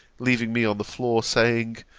leaving me on the floor saying,